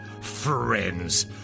Friends